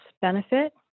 Benefit